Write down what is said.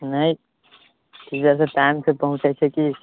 नहि टीचरसब टाइमसँ पहुँचै छै कि